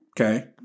Okay